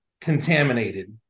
contaminated